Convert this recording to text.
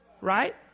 Right